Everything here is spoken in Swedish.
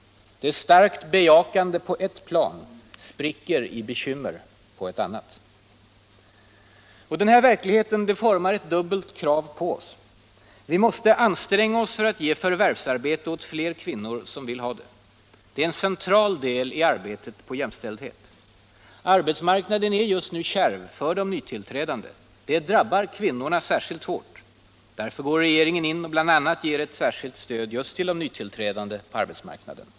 Det starkt bejakande på ett plan spricker i bekymmer på ett annat.” Den här verkligheten formar ett dubbelt krav på oss: Vi måste anstränga oss för att ge förvärvsarbete åt fler kvinnor som vill ha det. Det är en central del i arbetet för jämställdhet. Arbetsmarknaden är just nu kärv för nytillträdande. Det drabbar kvinnorna särskilt hårt. Därför går regeringen in och ger bl.a. ett särskilt stöd just till de nytillträdande på arbetsmarknaden.